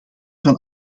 van